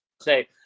say